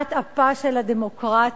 נשמת אפה של הדמוקרטיה,